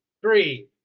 three